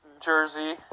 jersey